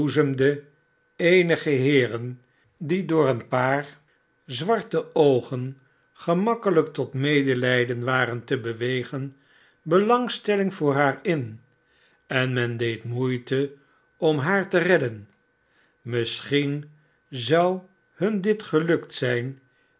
boezemde eenige heeren die door een paar zwarte oogen gemakkelijk tot medelijden waren te bewegen belangstelling voor haar in en men deed moeite om haar te redden misschiea zou hun dit gelukt zijn